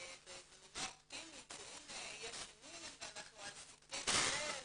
באיזה נימה אופטימית שהנה יש שינוי ואנחנו על ספו של,